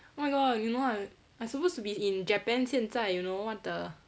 oh my god you know I'm I supposed to be in japan 现在 you know what the